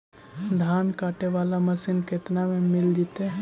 धान काटे वाला मशीन केतना में मिल जैतै?